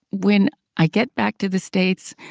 when i get back to the states,